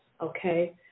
okay